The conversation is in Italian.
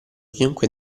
chiunque